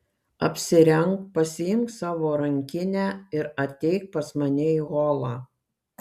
apsirenk pasiimk savo rankinę ir ateik pas mane į holą